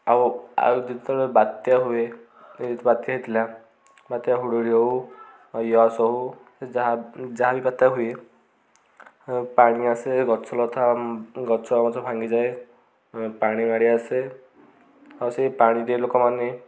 ଆଉ ଆଉ ଯେତେବେଳେ ବାତ୍ୟା ହୁଏ ବାତ୍ୟା ହେଇଥିଲା ବାତ୍ୟା ହୁଡ଼ୁହୁଡ଼ୁ ହଉ ୟସ ହଉ ଯାହା ଯାହା ବି ବାତ୍ୟା ହୁଏ ପାଣି ଆସେ ଗଛ ଲଥା ଗଛ ମଛ ଭାଙ୍ଗିଯାଏ ପାଣି ମାଡ଼ିଆ ଆସେ ଆଉ ସେ ପାଣିରେ ଲୋକମାନେ